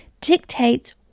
dictates